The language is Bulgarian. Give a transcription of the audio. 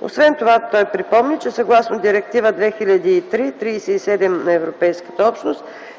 Освен това той припомни, че съгласно Директива 2003/37/ЕО